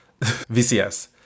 VCS